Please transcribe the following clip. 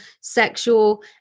sexual